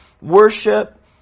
Worship